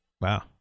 Wow